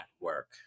work